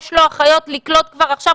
יש לו אחיות לקלוט כבר עכשיו.